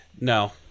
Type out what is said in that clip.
no